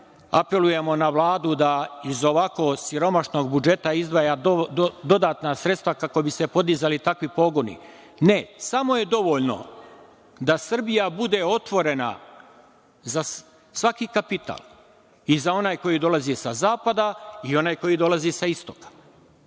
apelujemo na Vladu da iz ovako siromašnog budžeta izdvaja dodatna sredstva kako bi se podizali takvi pogoni. Ne, samo je dovoljno da Srbija bude otvorena za svaki kapital i za onaj koji dolazi sa Zapada i onaj koji dolazi sa